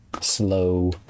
slow